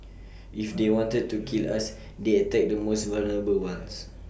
if they wanted to kill us they attack the most vulnerable ones